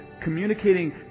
communicating